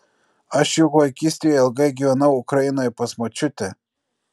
aš juk vaikystėje ilgai gyvenau ukrainoje pas močiutę